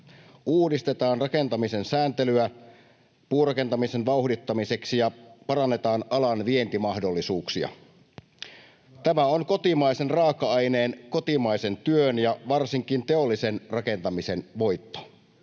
”Uudistetaan rakentamisen sääntelyä puurakentamisen vauhdittamiseksi ja parannetaan alan vientimahdollisuuksia.” Tämä on kotimaisen raaka-aineen, kotimaisen työn ja varsinkin teollisen rakentamisen voitto